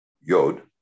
Yod